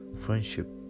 Friendship